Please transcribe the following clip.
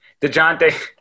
DeJounte